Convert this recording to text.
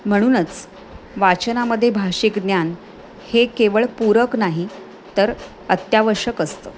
म्हणूनच वाचनामध्ये भाषिक ज्ञान हे केवळ पूरक नाही तर अत्यावश्यक असतं